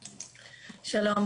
שלום.